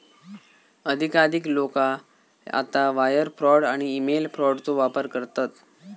अधिकाधिक लोका आता वायर फ्रॉड आणि ईमेल फ्रॉडचो वापर करतत